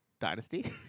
Dynasty